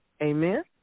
Amen